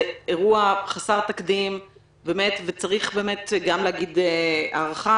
זה אירוע חסר תקדים וצריך להגיד גם הערכה